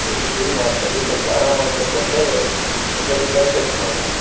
ನೀವು ಫ್ರೀ ಮಾಡಿಕೊಂಡು ಸ್ವಲ್ಪ ಆರಾಮ ಆದ್ಮೇಲೆ ಬಂದರೆ ಒಂದು ಸಾರಿ ಬ್ಲಡ್ ಟೆಸ್ಟ್ ಮಾಡೋಣ